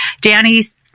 Danny's